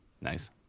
Nice